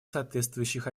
соответствующих